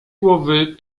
głowy